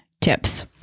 tips